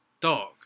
Dog